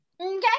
Okay